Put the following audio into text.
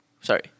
sorry